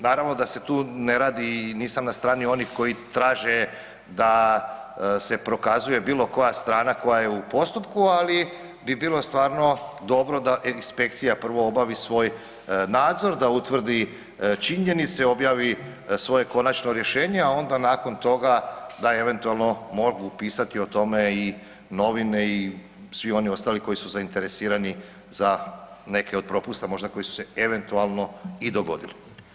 Naravno da se tu ne radi, nisam na strani onih koji traže da se prokazuje bilo koja strana koja je u postupku, ali bi bilo stvarno dobro da inspekcija prvo obavi svoj nadzor, da utvrdi činjenice, objavi svoje konačno rješenja, a onda nakon toga da eventualno mogu pisati o tome i novine i svi oni ostali koji su zainteresirani za neke od propusta možda koji su se eventualno i dogodili.